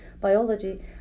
biology